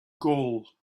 goal